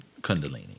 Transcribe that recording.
Kundalini